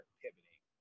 pivoting